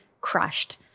crushed